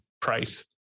price